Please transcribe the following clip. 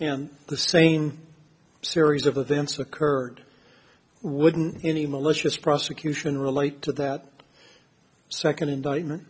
in the same series of events occurred wouldn't any malicious prosecution relate to that second indictment